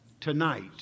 tonight